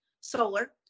solar